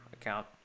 account